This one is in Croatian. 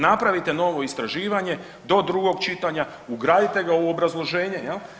Napravite novo istraživanje do drugog čitanja, ugradite ga u obrazloženje jel.